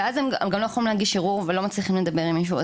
ואז הם גם לא יכולים להגיש ערעור ולא מצליחים לדבר עם מישהו.